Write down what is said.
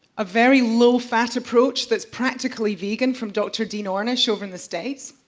a very low-fat approach, that's practically vegan, from doctor dean ornish over in the states.